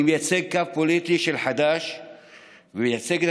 אני מייצג קו פוליטי של חד"ש ומייצג את